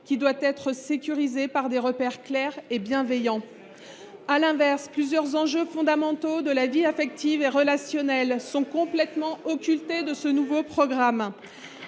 qui doit être sécurisée par des repères clairs et bienveillants. À l’inverse, plusieurs enjeux fondamentaux de la vie affective et relationnelle sont complètement occultés de ce nouveau programme.